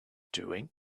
doing